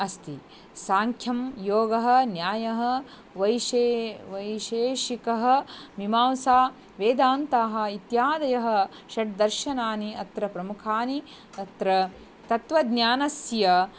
अस्ति साङ्ख्यं योगः न्यायः वैशे वैशेषिकः मिमांसा वेदान्ताः इत्यादयः षड्दर्शनानि अत्र प्रमुखानि अत्र तत्वज्ञानस्य